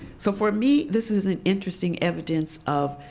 so for me this is an interesting evidence of,